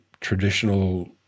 traditional